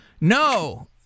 no